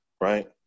right